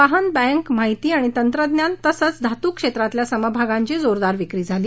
वाहन बैंक माहिती आणि तंत्रज्ञान तसंच धातू क्षेत्रातल्या समभागांची जोरदार विक्री झाली